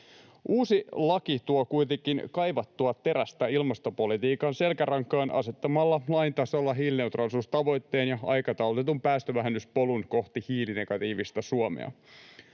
Uusi laki tuo kuitenkin kaivattua terästä ilmastopolitiikan selkärankaan asettamalla lain tasolla hiilineutraalisuustavoitteen ja aikataulutetun päästövähennyspolun kohti hiilinegatiivista Suomea: